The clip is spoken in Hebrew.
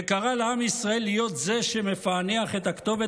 וקרא לעם ישראל להיות זה שמפענח את הכתובת